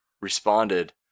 responded